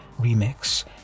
remix